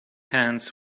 hands